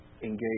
engage